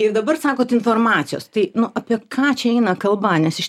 ir dabar sakot informacijos tai nu apie ką čia eina kalba nes iš